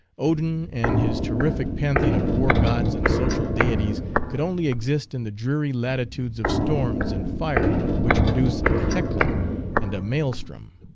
odin and his terrific pantheon of war gods and social deities could only exist in the dreary latitudes of storms and fire which produce a hecla and a mael strom.